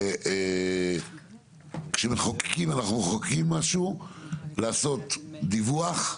זה כשמחוקקים משהו, לעשות דיווח,